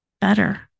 better